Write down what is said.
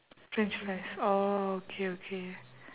french fries orh okay okay